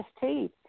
teeth